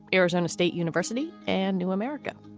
arizona state university and new america.